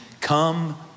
come